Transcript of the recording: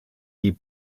die